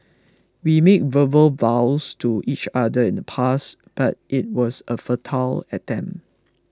we made verbal vows to each other in the past but it was a futile attempt